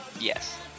Yes